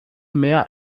mehr